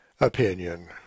Opinion